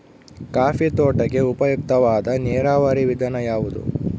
Coffee ತೋಟಕ್ಕೆ ಉಪಯುಕ್ತವಾದ ನೇರಾವರಿ ವಿಧಾನ ಯಾವುದು?